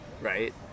right